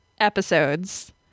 episodes